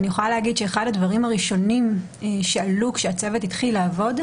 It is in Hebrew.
ואני יכולה להגיד שאחד הדברים הראשונים שעלו כשהצוות התחיל לעבוד,